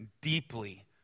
deeply